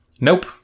Nope